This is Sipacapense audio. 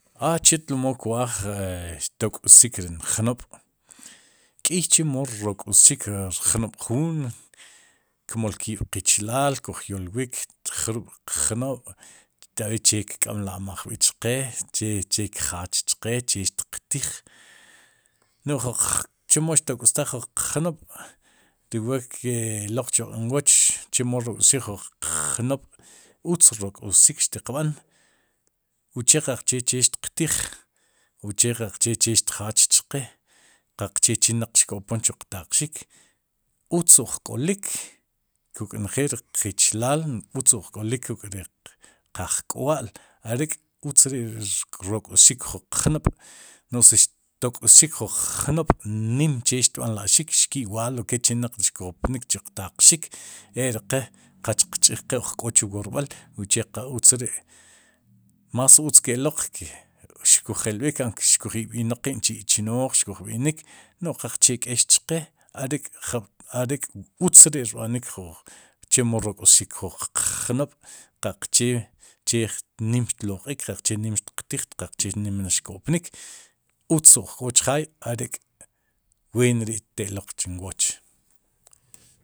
A chetlo moo kwaaj e xtok'xik rin jnob' k'iy chemo xok'wxik ri rjnob'juun, kemool. qiib'ri qiichilaal kuj yolwik, jrub'qjnob'eber che kk'amlamajbik chqe che che tjach chqe che xtiq tij, no'j chemo xtok'ustaj jun qjnob' ri wa ke'laq chb'aq'nwoch chemo rok'wsik jun qjnob' utz rok'xik xtib'an uche qaqche che xtiqtij, uche qaqche che xtjach chqe qache chin xtipon chuq taqxik utz ujk'olik k'uk njeel ri qichilal utz uj k'olik kuk'ri kajk'wa'l arek'uzt ri rok'wxik jun qnob' noj si tok'wxik ju jqnoob' nim che xb'anla'rik xki'waalore' chinaq xko'pon chu qtaqxik ek'ri qe qachik xtiq ch'iij qe uj k'o chu woorb'al uche qa uz ri'más uzt ke'laq ke xkujelb'ik aque xkujeb'inaq qin chi''chooj, xkujb'inik no'j qaqchee k'eex chqe arek uzt ri'rbá nik chemo rok'uxik jun qnoob' qaqche nim che tloq'iik qaqche nim che xtijik qaqche nim ne xko'pnik utz uj k'o chjaay are'ween ri te'laq chun wooch.